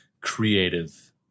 creative